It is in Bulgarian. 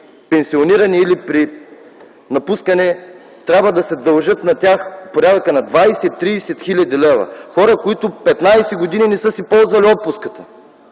пенсиониране или при напускане, трябва да им се дължат от порядъка на 20-30 хил. лв.? Хора, които от 15 години не са си ползвали отпуската.